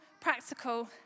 practical